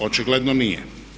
Očigledno nije.